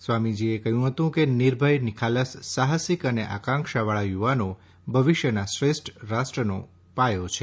સ્વામીજીએ કહ્યું હતું કે નિર્ભય નિખાલસ સાહસિક અને આકાંક્ષાવાળા યુવાનો ભવિષ્યના શ્રેષ્ઠ રાષ્ટ્રનો પાયો છે